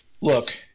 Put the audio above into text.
Look